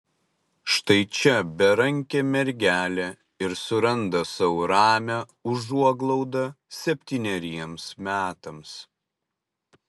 štai čia berankė mergelė ir suranda sau ramią užuoglaudą septyneriems metams